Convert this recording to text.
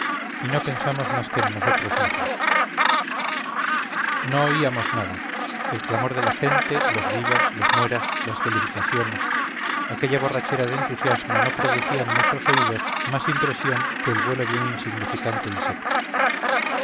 y no pensamos más que en nosotros mismos no oíamos nada el clamor de la gente los vivas los mueras las felicitaciones aquella borrachera de entusiasmo no producía en nuestros oídos más impresión que el vuelo de un insignificante insecto